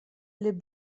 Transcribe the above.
les